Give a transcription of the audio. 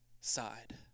side